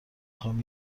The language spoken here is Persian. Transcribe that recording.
خوام